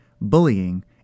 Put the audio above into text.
bullying